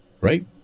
Right